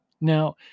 Now